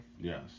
yes